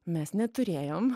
mes neturėjom